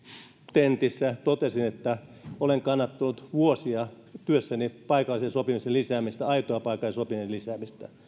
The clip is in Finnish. tentissä totesin että olen kannattanut vuosia työssäni paikallisen sopimisen lisäämistä aitoa paikallisen sopimisen lisäämistä